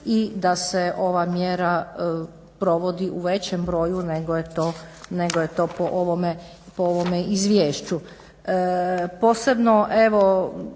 i da se ova mjera provodi u većem broju nego je to po ovome izvješću.